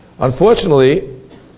unfortunately